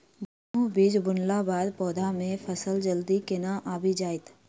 गेंहूँ बीज बुनला बाद पौधा मे फसल जल्दी केना आबि जाइत?